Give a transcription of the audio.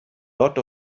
lot